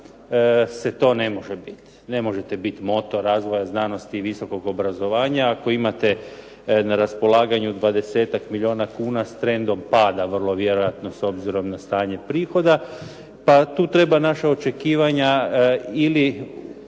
se to ne može biti. Ne možete biti motor razvoja znanosti i visokog obrazovanja ako imate na raspolaganju 20-tak milijuna kuna s trendom pada vrlo vjerojatno, s obzirom na stanje prihoda. Pa tu treba naša očekivanja ili